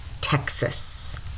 Texas